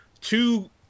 two